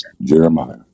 Jeremiah